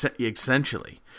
Essentially